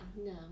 no